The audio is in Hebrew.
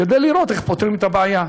כדי לראות איך פותרים את הבעיה.